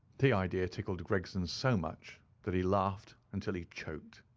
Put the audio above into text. the idea tickled gregson so much that he laughed until he choked.